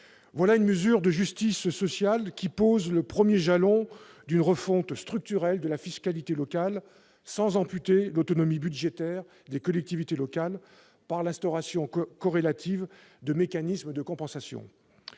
Voilà une mesure de justice sociale qui pose le premier jalon d'une refonte structurelle de la fiscalité locale sans amputer l'autonomie budgétaire des collectivités locales, par l'instauration corrélative de mécanismes de compensation.